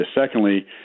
Secondly